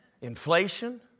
inflation